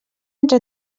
entre